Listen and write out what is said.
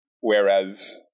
Whereas